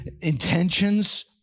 intentions